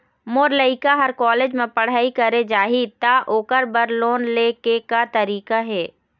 मोर लइका हर कॉलेज म पढ़ई करे जाही, त ओकर बर लोन ले के का तरीका हे?